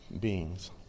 beings